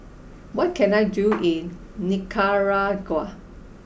what can I do in Nicaragua